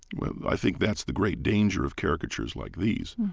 well, i think that's the great danger of caricatures like these,